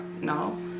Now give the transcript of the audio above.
No